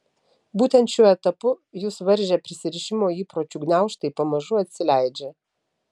būtent šiuo etapu jus varžę prisirišimo įpročių gniaužtai pamažu atsileidžia